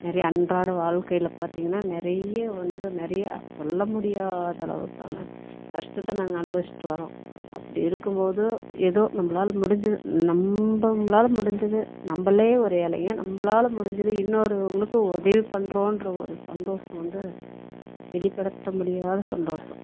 நிறைய அன்றாட வாழ்க்கையில் பார்த்திங்கனா நிறைய வந்து நிறையா சொல்லமுடியாத அளவுக்கு கஷ்டத்தை நாங்கள் அனுபவிச்சிட்டு வர்றோம் அப்படி இருக்கும்போது எதோ நம்மளால முடிஞ்சது நம்மளால முடிஞ்சது நம்மளே ஒரு ஏழைங்க நம்மளால முடிஞ்சது இன்னொருவங்களுக்கு உதவி பண்ணறோன்ற ஒரு சந்தோஷம் வந்த வெளிப்படுத்த முடியாத சந்தோஷம்